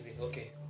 okay